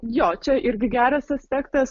jo čia irgi geras aspektas